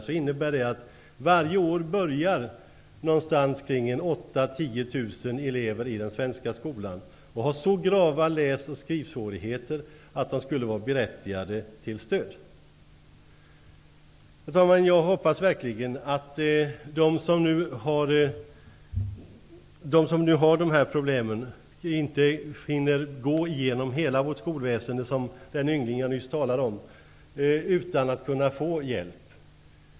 Det innebär att det varje år börjar 8 000--10 000 elever i den svenska skolan som har så grava läs och skrivsvårigheter att de skulle vara berättigade till stöd. Herr talman! Jag hoppas verkligen att de som nu har de här problemen inte hinner gå igenom hela vårt skolväsende, som den yngling jag nyss talade om, utan att kunna få hjälp.